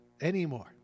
anymore